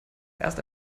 erst